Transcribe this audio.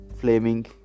flaming